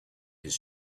his